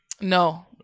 No